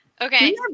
Okay